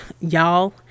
y'all